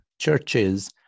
churches